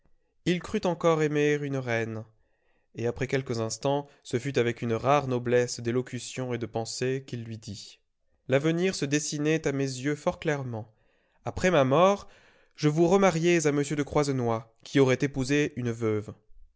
il crut encore aimer une reine et après quelques instants ce fut avec une rare noblesse d'élocution et de pensée qu'il lui dit l'avenir se dessinait à mes yeux fort clairement après ma mort je vous remariais à m de croisenois qui aurait épousé une veuve